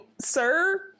sir